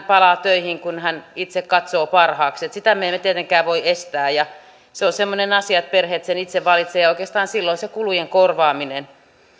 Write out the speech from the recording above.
palaa töihin kun hän itse katsoo parhaaksi sitä me emme tietenkään voi estää ja se on semmoinen asia että perheet sen itse valitsevat ja oikeastaan silloin se kulujen korvaaminen